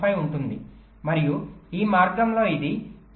15 ఉంటుంది మరియు ఈ మార్గంలో ఇది 1